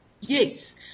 Yes